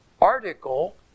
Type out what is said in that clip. article